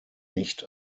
nicht